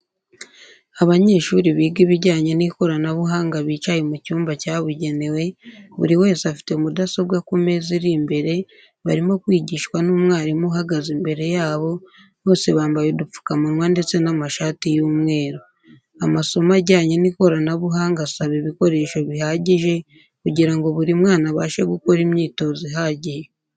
Abanyeshuri biga ibijyanye n'ikoranabuhanga bicaye mu cyumba cyabugenewe, buri wese afite mudasobwa ku meza ari imbere barimo kwigishwa n'umwarimu uhagaze imbere yabo, bose bambaye udupfukamunwa ndetse n'amashati y'umweru. Amasomo ajyanye n'ikoranabuhanga asaba ibikoreso bihagije kugira ngo buri mwana abashe gukora imyitozo ihagije.